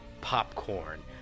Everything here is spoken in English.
popcorn